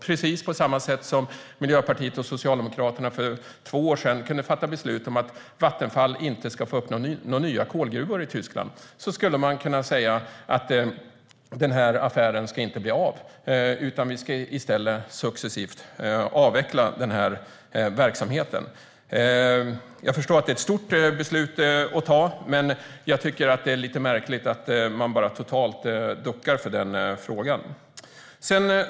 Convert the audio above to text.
Precis på samma sätt som Miljöpartiet och Socialdemokraterna för två år sedan kunde fatta beslut om att Vattenfall inte ska få öppna några nya kolgruvor i Tyskland skulle man kunna säga att den här affären inte ska bli av utan att man i stället successivt ska avveckla denna verksamhet. Jag förstår att det är ett stort beslut att ta. Men jag tycker att det är lite märkligt att man bara duckar för den frågan.